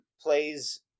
plays